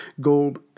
Gold